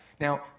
Now